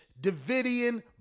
Davidian